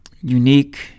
unique